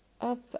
up